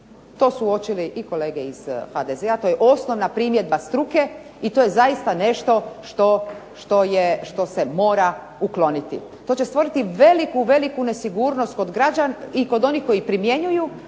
To su uočili i kolege iz HDZ-a, to je osnovna primjedba struke i to je zaista nešto što je, što se mora ukloniti. To će stvoriti veliku, veliku nesigurnost kod građana i kod onih koji ih primjenjuju